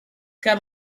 got